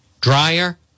dryer